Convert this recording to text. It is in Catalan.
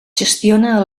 gestiona